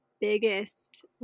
biggest